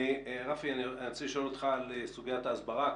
רפי, אני רוצה לשאול אותך על סוגית ההסברה.